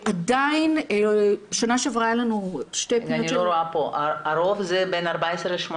עדיין בשנה שעברה היו לנו שתי פניות --- הרוב זה בגילאים 14-18?